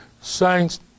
Saints